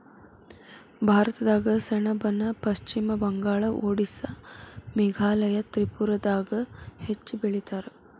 ಭಾರತದಾಗ ಸೆಣಬನ ಪಶ್ಚಿಮ ಬಂಗಾಳ, ಓಡಿಸ್ಸಾ ಮೇಘಾಲಯ ತ್ರಿಪುರಾದಾಗ ಹೆಚ್ಚ ಬೆಳಿತಾರ